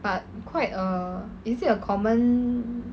but quite err is it a common